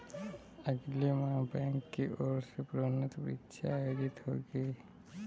अगले माह बैंक की ओर से प्रोन्नति परीक्षा आयोजित होगी